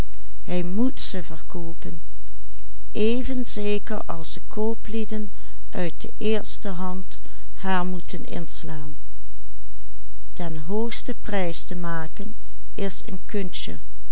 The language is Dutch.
even zeker als de kooplieden uit de eerste hand haar moeten inslaan den hoogsten prijs te maken is een kunstje